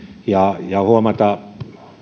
ja on mukava huomata